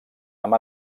amb